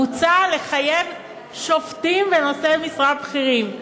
מוצע לחייב שופטים ונושאי משרה בכירים.